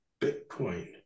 Bitcoin